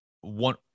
One